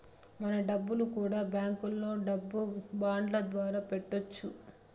మన డబ్బులు కూడా బ్యాంకులో డబ్బు బాండ్ల ద్వారా పెట్టొచ్చు